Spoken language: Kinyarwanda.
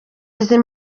izi